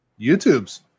YouTube's